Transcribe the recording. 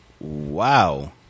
Wow